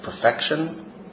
perfection